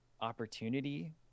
opportunity